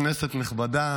כנסת נכבדה,